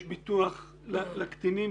יש ביטוח רפואי לקטינים.